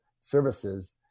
services